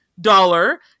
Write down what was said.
dollar